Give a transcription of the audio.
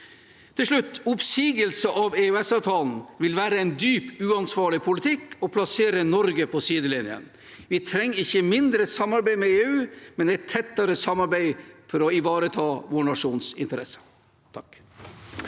Til slutt: Oppsigelse av EØS-avtalen vil være en dypt uansvarlig politikk og plassere Norge på sidelinjen. Vi trenger ikke mindre samarbeid med EU, men et tettere samarbeid for å ivareta vår nasjons interesser.